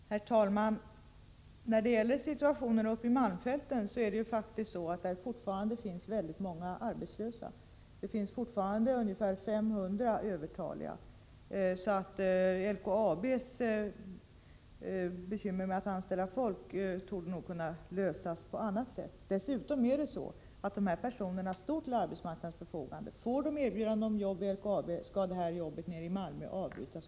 :| Om lämpligheten Herr talman! När Jet gäller SiURnOnen i malmtälten är det rens tt > avvissa åtgärder Je där fortfarande finns väldigt många Srbetslösa; det finns Rogetar 500 föratt motverka arövertaliga. LKAB:s bekymmer med att anställa folk torde alltså kunna lösas betslösheten i Norr: på annat sätt. Dessutom står de här personerna till arbetsmarknadens botten förfogande. Får de erbjudande om arbete vid LKAB skall de ta det och jobben i Malmö avbrytas.